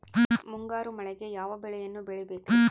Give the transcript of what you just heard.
ಮುಂಗಾರು ಮಳೆಗೆ ಯಾವ ಬೆಳೆಯನ್ನು ಬೆಳಿಬೇಕ್ರಿ?